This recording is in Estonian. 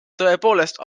tõepoolest